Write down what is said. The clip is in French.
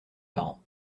parents